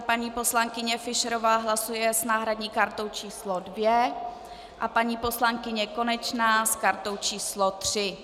Paní poslankyně Fischerová hlasuje s náhradní kartou číslo 2 a paní poslankyně Konečná s kartou číslo 3.